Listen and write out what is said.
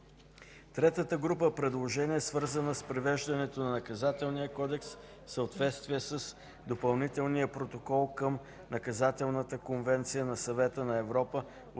Третата група предложения е свързана с привеждане на Наказателния кодекс в съответствие с Допълнителния протокол към Наказателната конвенция на Съвета на Европа